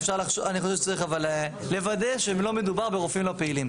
אבל אני חושב שצריך לוודא שלא מדובר ברופאים לא פעילים.